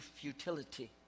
futility